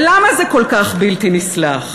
ולמה זה כל כך בלתי נסלח?